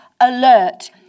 alert